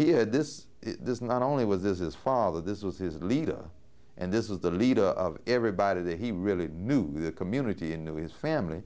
here this is not only was this his father this was his leader and this was the leader of everybody that he really knew the community and his family